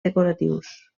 decoratius